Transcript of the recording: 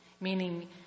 meaning